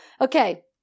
Okay